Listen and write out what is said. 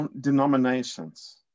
denominations